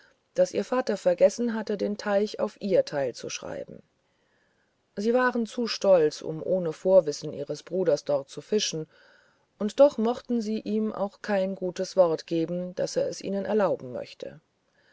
daß ihr vater vergessen hatte den teich auf ihr teil zu schreiben sie waren zu stolz um ohne vorwissen ihres bruders dort zu fischen und doch mochten sie ihm auch kein gutes wort geben daß er es ihnen erlauben möchte